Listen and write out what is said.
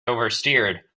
oversteered